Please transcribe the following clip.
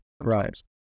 right